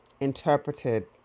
interpreted